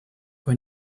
when